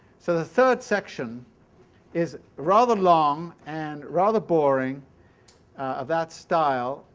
so the third section is rather long and rather boring of that style.